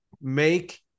make